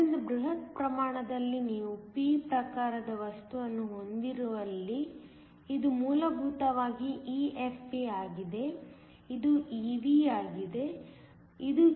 ಆದ್ದರಿಂದ ಬೃಹತ್ ಪ್ರಮಾಣದಲ್ಲಿ ನೀವು p ಪ್ರಕಾರದ ವಸ್ತುವನ್ನು ಹೊಂದಿರುವಲ್ಲಿ ಇದು ಮೂಲಭೂತವಾಗಿ EFp ಆಗಿದೆ ಇದು EV ಆಗಿದೆ ಇದು EC ಆಗಿದೆ